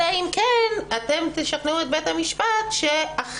אלא אם כן אתם תשכנעו את בית המשפט אחרת.